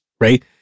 Right